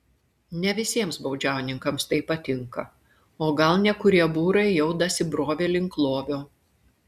ne visiems baudžiauninkams tai patinka o gal nekurie būrai jau dasibrovė link lovio